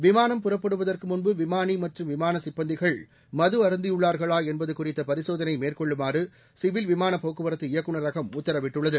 விமானம் புறப்படுவதற்கு முன்பு விமானி மற்றும் விமான சிப்பந்திகள் மது அருந்தியுள்ளார்களா என்பது குறித்த பரிசோதனை மேற்கொள்ளுமாறு சிவில் விமான போக்குவரத்து இயக்குநரகம் உத்தரவிட்டுள்ளது